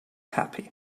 happy